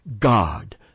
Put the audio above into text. God